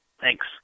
Thanks